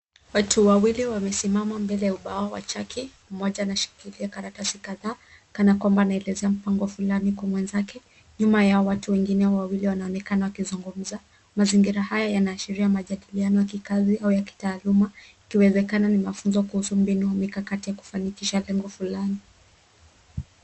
Watu wawili wamesimama mbele ya ubao wa chaki. Mmoja anashikilia karatasi kadhaa kanakwamba anaeleza mpango fulani kwa mwenzake. Nyuma yao watu wengine wawili wanaonekana wakizungumza. Mazingira haya yanaashiria majadiliano ya kikazi au ya kitaaluma ikiwezekana ni mafunzo kuhusu mbinu na mikakati ya kufanuikisha lengo fulani.